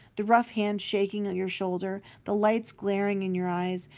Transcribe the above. the rough hand shaking and your shoulder, the lights glaring in your eyes,